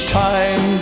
time